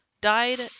died